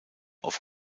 auf